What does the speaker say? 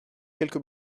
quelque